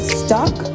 stuck